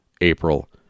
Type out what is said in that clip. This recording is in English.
April